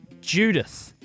Judith